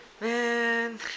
Man